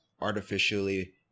artificially